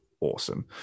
awesome